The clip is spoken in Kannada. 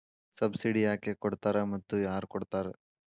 ಸಬ್ಸಿಡಿ ಯಾಕೆ ಕೊಡ್ತಾರ ಮತ್ತು ಯಾರ್ ಕೊಡ್ತಾರ್?